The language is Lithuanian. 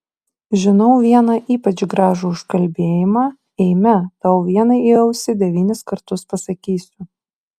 žinau vieną ypač gražų užkalbėjimą eime tau vienai į ausį devynis kartus pasakysiu